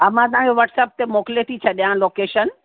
हा मां तव्हांखे वाट्सअप ते मोकिले थी छ्ॾयां लोकेशन